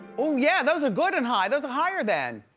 oh yeah, those are good and high. those are higher then.